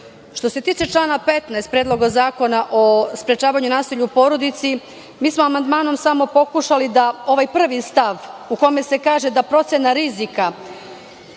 se tiče člana 15. Predloga zakona o sprečavanju nasilja u porodici, mi smo amandmanom samo pokušali da ovaj prvi stav, u kome se kaže da procena rizika